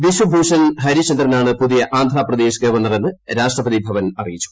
ബിശ്വ ഭൂഷൺ ഹരിചന്ദ്രനാണ് പുതിയ ആന്ധ്രാപ്രദേശ് ഗവർണർ എന്ന് രാഷ്ട്രപതി ഭവൻ അറിയിച്ചു